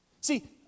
See